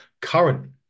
current